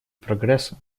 прогресса